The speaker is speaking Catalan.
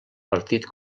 partit